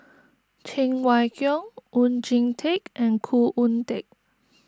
Cheng Wai Keung Oon Jin Teik and Khoo Oon Teik